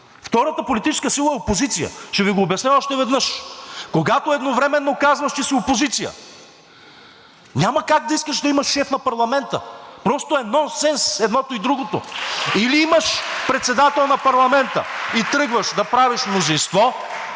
Втората политическа сила е опозиция. Ще Ви го обясня още веднъж. Когато едновременно казваш, че си опозиция, няма как да искаш да имаш шеф на парламента. Просто е нонсенс едното, и другото. (Ръкопляскания от ГЕРБ-СДС.) Или имаш председател на парламента и тръгваш да правиш мнозинство,